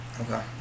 Okay